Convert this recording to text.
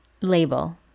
Label